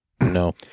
No